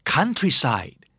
Countryside